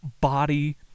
body